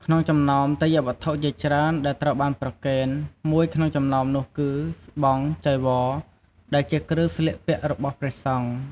ក្នុងចំណោមទេយ្យវត្ថុជាច្រើនដែលត្រូវបានប្រគេន មួយក្នុងចំណោមនោះគឺ ស្បង់ ចីវរ ដែលជាគ្រឿងស្លៀកពាក់របស់ព្រះសង្ឃ។